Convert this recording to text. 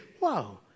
wow